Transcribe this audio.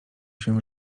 się